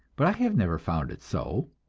but i have never found it so